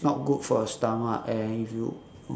it's not good for your stomach and if you